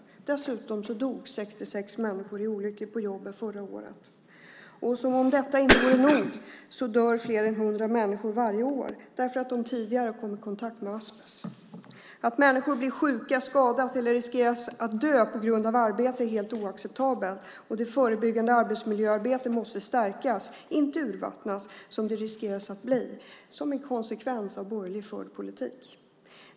Dessutom dog 66 människor i olyckor på jobbet förra året. Som om detta inte vore nog dör fler än 100 människor varje år därför att de tidigare kommit i kontakt med asbest. Att människor blir sjuka och skadas eller riskerar att dö på grund av arbete är helt oacceptabelt. Det förebyggande arbetsmiljöarbetet måste stärkas, inte urvattnas som det riskerar som en konsekvens av borgerlig politik.